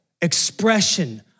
expression